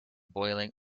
boiling